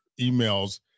emails